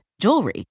jewelry